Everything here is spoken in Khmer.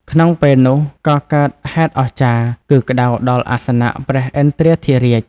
ក្នុងពេលនោះក៏កើតហេតុអស្ចារ្យ គឺក្តៅដល់អសនៈព្រះឥន្ទ្រាធិរាជ។